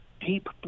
deep